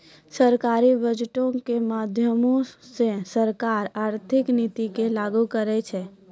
सरकारी बजटो के माध्यमो से सरकार आर्थिक नीति के लागू करै छै